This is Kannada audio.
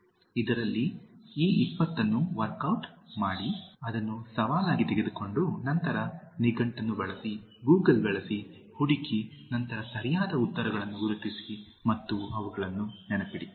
ಇದರಲ್ಲಿ ಈ 20 ಅನ್ನು ವರ್ಕ್ ಟ್ ಮಾಡಿ ಅದನ್ನು ಸವಾಲಾಗಿ ತೆಗೆದುಕೊಂಡು ನಂತರ ನಿಘಂಟನ್ನು ಬಳಸಿ ಗೂಗಲ್ ಬಳಸಿ ಹುಡುಕಿ ನಂತರ ಸರಿಯಾದ ಉತ್ತರಗಳನ್ನು ಗುರುತಿಸಿ ಮತ್ತು ಅವುಗಳನ್ನು ನೆನಪಿಡಿ